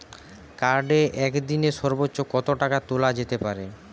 কার্ডে একদিনে সর্বোচ্চ কত টাকা তোলা যেতে পারে?